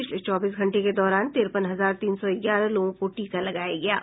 पिछले चौबीस घंटे के दौरान तिरपन हजार तीन सौ ग्यारह लोगों को टीका लगाया गया है